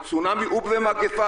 בצונאמי ובמגפה.